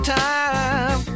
time